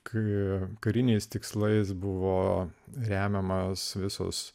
kai kariniais tikslais buvo remiamas visos